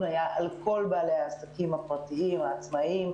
היה על כל בעלי העסקים הפרטיים והעצמאים,